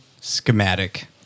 schematic